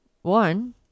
One